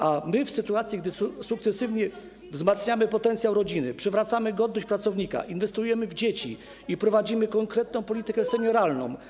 A my sukcesywnie wzmacniamy potencjał rodziny, przywracamy godność pracownika, inwestujemy w dzieci i prowadzimy konkretną politykę senioralną.